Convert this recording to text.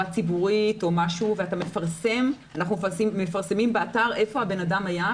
ציבורית ואנחנו מפרסמים באתר איפה האדם היה,